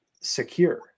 secure